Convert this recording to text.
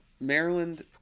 Maryland